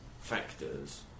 factors